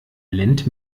lendt